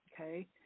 Okay